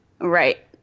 Right